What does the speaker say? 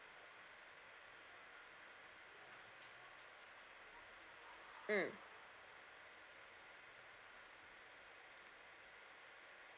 mm